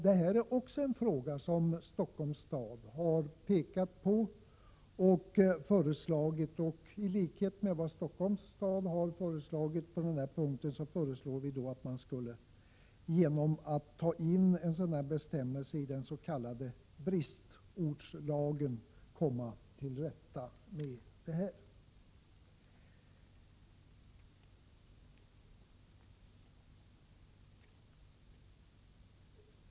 Det är också en fråga som Stockholms stad har pekat på, och i likhet med Stockholms stad föreslår vi att man skall komma till rätta med problemet genom att ta in en bestämmelse i den s.k. bristortslagen.